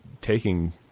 taking